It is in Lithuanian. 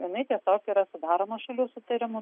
jinai tiesiog yra sudaroma šalių sutarimu